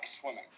swimming